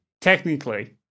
technically